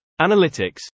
Analytics